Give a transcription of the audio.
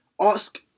ask